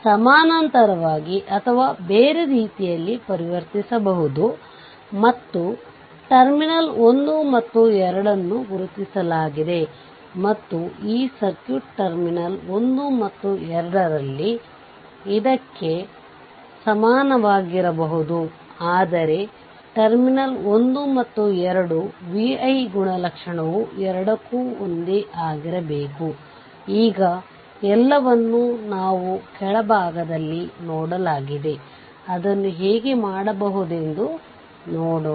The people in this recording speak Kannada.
ಆದ್ದರಿಂದ ಟರ್ಮಿನಲ್ 1 ಮತ್ತು 2 ನಲ್ಲಿ ಆ ಮುಕ್ತ ಸರ್ಕ್ಯೂಟ್ ವೋಲ್ಟೇಜ್ ಅನ್ನು ಹೇಗೆ ಪಡೆಯುವುದು ಮತ್ತು ಟರ್ಮಿನಲ್ನಲ್ಲಿ ಮತ್ತು ಸ್ವತಂತ್ರ ಮೂಲಗಳನ್ನು ಆಫ್ ಮಾಡಿದಾಗ ಟರ್ಮಿನಲ್ಗಳಲ್ಲಿ ಇನ್ಪುಟ್ ಅಥವಾ ಸಮಾನ ಪ್ರತಿರೋಧವನ್ನು ಹೇಗೆ ಪಡೆಯುವುದು ಎಂದು ನೋಡುವ